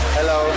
Hello